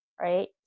right